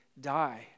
die